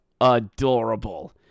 Adorable